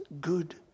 Good